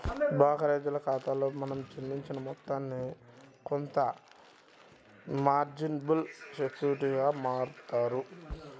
బోకరేజోల్ల ఖాతాలో మనం చెల్లించిన మొత్తాన్ని కొంత మార్జినబుల్ సెక్యూరిటీలుగా మారుత్తారు